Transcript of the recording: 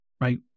Right